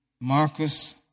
Marcus